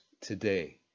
today